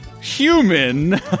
human